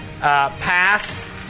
pass